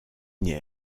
née